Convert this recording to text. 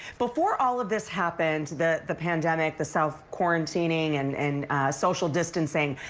before all of this happened, the the pandemic, the self-quarantining and and social distancing,